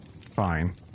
Fine